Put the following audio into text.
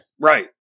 Right